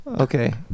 Okay